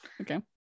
Okay